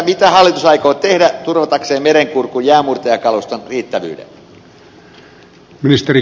mitä hallitus aikoo tehdä turvatakseen merenkurkun jäänmurtajakaluston riittävyyden